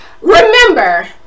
Remember